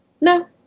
No